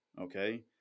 okay